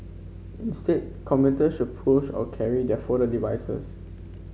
instead commuter should push or carry their folded devices